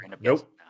Nope